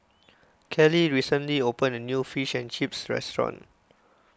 Kelly recently opened a new Fish and Chips restaurant